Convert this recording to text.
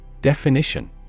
Definition